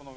Energiförsörjningen